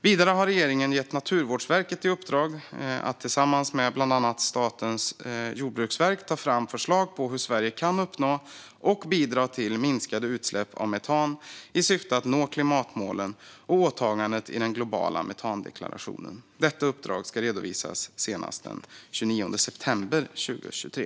Vidare har regeringen gett Naturvårdsverket i uppdrag att tillsammans med bland andra Statens jordbruksverk ta fram förslag på hur Sverige kan uppnå och bidra till minskade utsläpp av metan i syfte att nå klimatmålen och åtagandet i den globala metandeklarationen. Detta uppdrag ska redovisas senast den 29 september 2023.